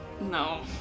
No